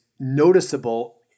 noticeable